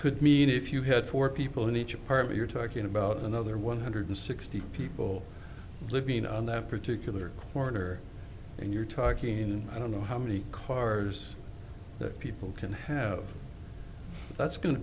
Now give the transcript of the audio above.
could mean if you had four people in each apartment you're talking about another one hundred sixty people living on that particular quarter and you're talking i don't know how many cars that people can have that's go